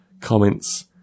comments